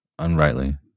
Unrightly